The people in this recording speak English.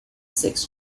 six